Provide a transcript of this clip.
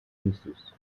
vicis